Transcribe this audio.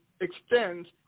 extends